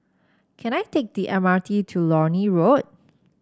can I take the M R T to Lornie Road